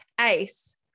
Ace